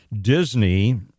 Disney